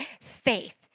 faith